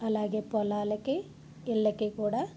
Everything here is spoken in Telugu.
అలాగే పొలాలకి ఇళ్ళకి కూడా